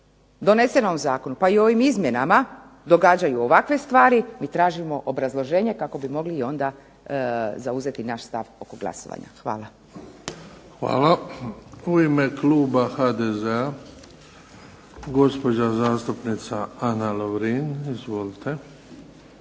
donesenom zakonu pa i u ovim izmjenama događaju ovakve stvari mi tražimo obrazloženje kako bi mogli i onda zauzeti naš stav oko glasovanja. Hvala. **Bebić, Luka (HDZ)** Hvala. U ime kluba HDZ-a gospođa zastupnica Ana Lovrin. Izvolite.